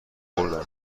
بردم